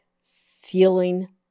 ceiling